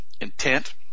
intent